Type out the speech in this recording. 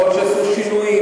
יכול להיות שיעשו שינויים.